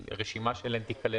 מי בעד תקנה